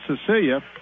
Cecilia